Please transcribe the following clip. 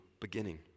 beginning